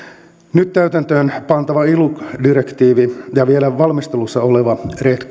nyt täytäntöön pantava iluc direktiivi ja vielä valmistelussa oleva red